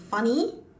funny